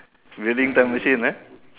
building time machine ah